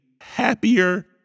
happier